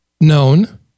known